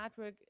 artwork